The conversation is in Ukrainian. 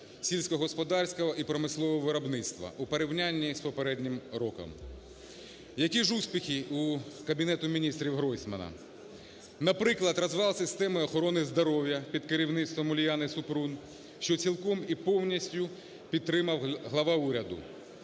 сільськогосподарського і промислового виробництва у порівнянні з попереднім роком. Які ж успіхи у Кабінету Міністрів, Гройсмана? Наприклад, розвал системи охорони здоров'я під керівництвом Уляни Супрун, що цілком і повністю підтримав глава уряду.